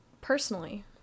personally